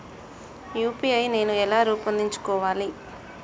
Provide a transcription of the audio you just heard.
UPI నేను ఎలా రూపొందించుకోవాలి?